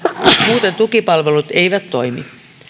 muuten tukipalvelut eivät toimi